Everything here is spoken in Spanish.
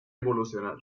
evolucionar